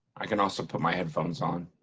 i can also put my headphones on.